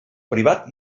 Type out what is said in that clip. privat